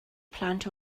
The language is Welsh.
plant